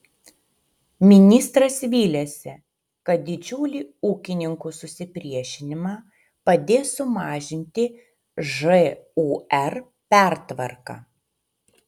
ministras vylėsi kad didžiulį ūkininkų susipriešinimą padės sumažinti žūr pertvarka